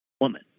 Woman